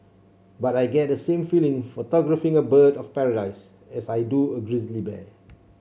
but I get the same feeling photographing a bird of paradise as I do a grizzly bear